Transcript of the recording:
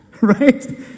Right